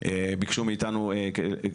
כי ביקשו מאיתנו לשוחח עם הגופים השונים